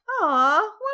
Aw